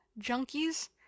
junkies